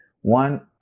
one